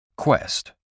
Quest